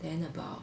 then about